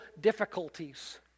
difficulties